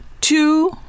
Two